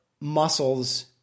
muscles